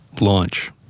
launch